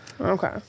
Okay